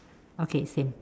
okay same